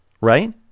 Right